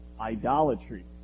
idolatry